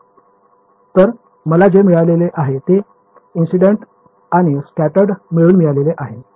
तर मला जे मिळालेले आहे ते इंसिडेन्ट आणि स्कॅटर्ड मिळून मिळालेले आहे